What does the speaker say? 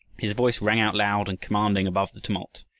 his voice rang out loud and commanding above the tumult.